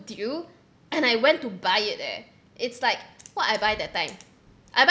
did you and I went to buy it leh it's like what I buy that time I buy